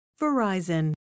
Verizon